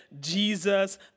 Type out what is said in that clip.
Jesus